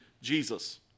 Jesus